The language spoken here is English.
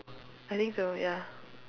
I think so ya